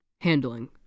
Handling